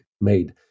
made